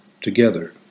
together